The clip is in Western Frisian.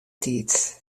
tiid